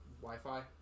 Wi-Fi